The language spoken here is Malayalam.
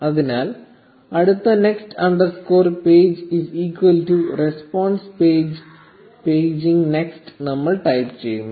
അതിനാൽ അടുത്ത next underscore page is equal to response paging next നമ്മൾ ടൈപ്പ്ചെയുന്നു